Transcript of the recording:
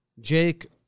Jake